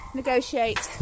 negotiate